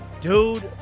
Dude